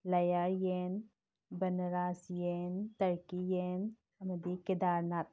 ꯂꯩꯌꯥꯔ ꯌꯦꯟ ꯕꯥꯅꯥꯔꯥꯖ ꯌꯦꯟ ꯇꯔꯀꯤ ꯌꯦꯟ ꯑꯃꯗꯤ ꯀꯦꯗꯥꯔꯅꯥꯠ